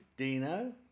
Dino